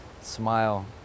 smile